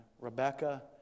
Rebecca